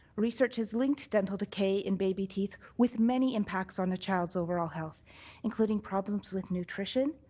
research has linked dental decay in baby teeth with many impacts on a child's overall health including problems with nutrition,